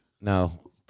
No